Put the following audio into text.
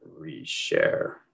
reshare